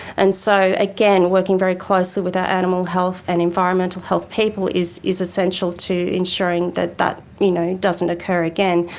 and so, again, working very closely with our animal health and environmental health people is is essential to ensuring that that you know doesn't occur again.